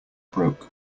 broke